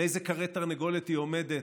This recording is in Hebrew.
על איזה כרעי תרנגולת היא עומדת,